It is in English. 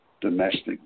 Domestic